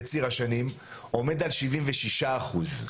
בציר השנים עומד על 76 אחוז,